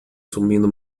subindo